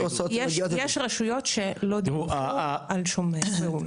יש רשויות שלא דיווחו על שום פעילות.